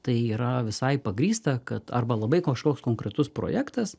tai yra visai pagrįsta kad arba labai kažkoks konkretus projektas